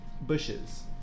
bushes